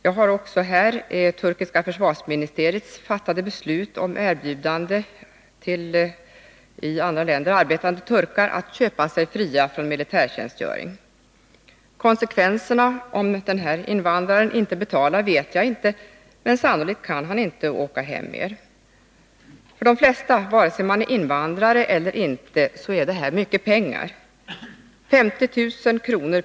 Jag har här också turkiska försvarsministeriets fattade beslut om att erbjuda i andra länder arbetande turkar att köpa sig fria från militärtjänstgöring. Jag vet inte vilka konsekvenserna blir om denna invandrare inte betalar, men sannolikt kan han inte åka hem mer. För de flesta, vare sig man är invandrare eller inte, är det här mycket pengar — 50 000 kr.